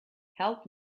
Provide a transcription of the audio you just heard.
help